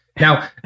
Now